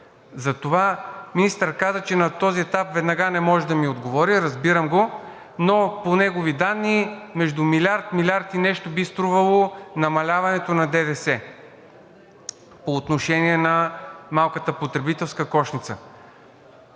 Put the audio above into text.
Затова министърът каза, че на този етап веднага не може да ми отговори – разбирам го, но по негови данни между милиард-милиард и нещо би струвало намаляването на ДДС по отношение на малката потребителска кошница.